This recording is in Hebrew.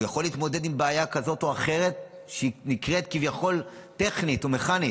הוא יכול להתמודד עם בעיה כזאת או אחרת שכביכול נקראת טכנית או מכנית,